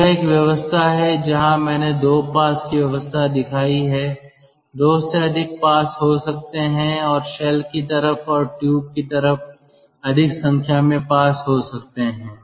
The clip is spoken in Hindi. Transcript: तो यह एक व्यवस्था है जहां मैंने 2 पास की व्यवस्था दिखाई है 2 से अधिक पास हो सकते हैं और शेल की तरफ और ट्यूब की तरफ अधिक संख्या में पास हो सकते हैं